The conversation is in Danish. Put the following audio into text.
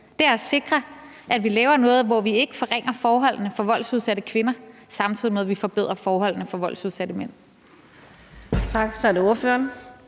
det er at sikre, at vi ikke laver noget, der forringer forholdene for voldsudsatte kvinder, samtidig med at vi forbedrer forholdene for voldsudsatte mænd.